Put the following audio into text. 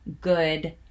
good